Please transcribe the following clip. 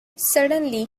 suddenly